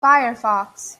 firefox